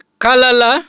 kalala